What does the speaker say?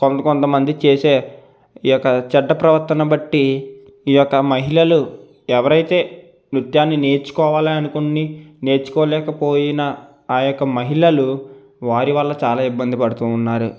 కొంత కొంత మంది చేసే ఈ యొక్క చెడ్డ ప్రవర్తన బట్టి ఈ యొక్క మహిళలు ఎవరైతే నృత్యాన్ని నేర్చుకోవాలి అనుకోని నేర్చుకోలేక పోయిన ఆ యొక్క మహిళలు వారి వల్ల చాలా ఇబ్బంది పడుతూ ఉన్నారు